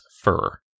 fur